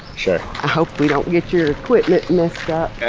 sure. i hope we don't get your equipment messed up.